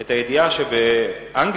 את הידיעה שבאנגליה,